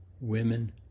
women